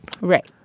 Right